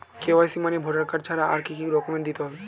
KYC মানে voter card ছাড়া আর কি কি ডকুমেন্ট দিতে হবে?